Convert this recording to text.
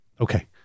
Okay